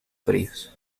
fríos